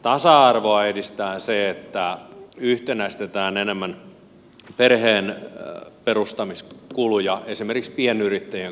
tasa arvoa edistää se että yhtenäistetään enemmän perheenperustamiskuluja esimerkiksi pienyrittäjien kohdalla